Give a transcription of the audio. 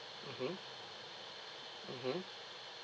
mmhmm mmhmm